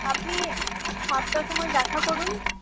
আপনি সাতটার সময় দেখা করুন